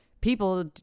people